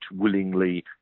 willingly